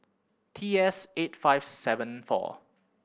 T S eight five seven four